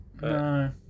No